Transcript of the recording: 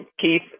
Keith